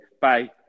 Bye